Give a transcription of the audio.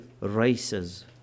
races